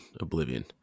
Oblivion